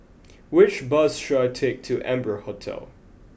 which bus should I take to Amber Hotel